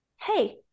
hey